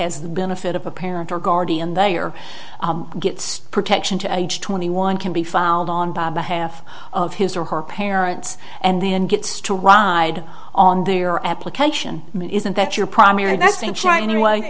has the benefit of a parent or guardian they are gets protection to age twenty one can be filed on behalf of his or her parents and then gets to ride on their application isn't that your primary that's in china